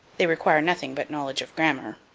they require nothing but knowledge of grammar.